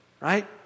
right